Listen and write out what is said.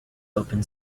open